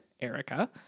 Erica